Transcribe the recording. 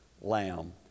lamb